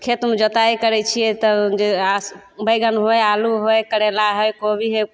खेतमे जोताइ करय छियै तऽ जे आस बैंगन हुए आलू हुए करेला हइ कोबी हइ